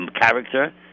character